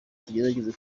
tugerageze